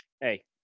Hey